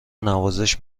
نوازش